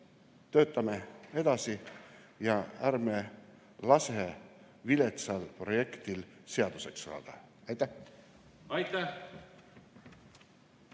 töötame edasi ja ärme laseme viletsal projektil seaduseks saada! Aitäh! Aitäh!